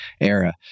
era